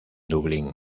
dublín